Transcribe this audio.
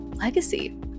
legacy